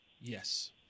Yes